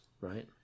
right